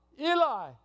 Eli